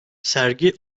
sergi